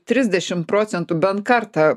trisdešim procentų bent kartą